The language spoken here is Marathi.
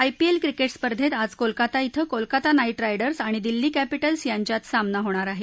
आयपीएल क्रिकेट स्पर्धेत आज कोलकाता ि ्वें कोलकाता नाईट रायडर्स आणि दिल्ली कॅप्टिलस यांच्यात सामना होणार आहे